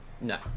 No